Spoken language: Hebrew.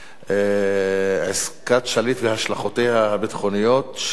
עסקת שליט והשלכותיה הביטחוניות, הצעות